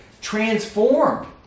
transformed